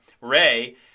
Ray